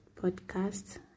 podcast